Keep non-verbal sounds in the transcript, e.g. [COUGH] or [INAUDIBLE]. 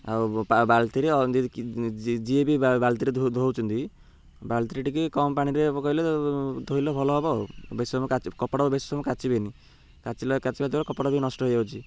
ଆଉ ବାଲ୍ଟିରେ [UNINTELLIGIBLE] ଯିଏ ବି ବାଲ୍ଟିରେ ଧଉଚନ୍ତି ବାଲ୍ଟି ଟିକେ କମ୍ ପାଣିରେ ପକେଇଲେ ଧୋଇଲେ ଭଲ ହବ ବେଶୀ ସମୟ [UNINTELLIGIBLE] କପଡ଼ା ବେଶୀ ସମୟ କାଚିବେନି କାଚିଲା କାଚିବା ଦ୍ୱାରା କପଡ଼ା ବି ନଷ୍ଟ ହେଇଯାଉଛି